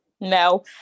No